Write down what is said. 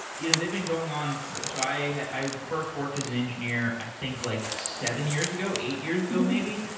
you know they've been going on so i i first worked as an engineer i think like seven years ago, eight years ago maybe,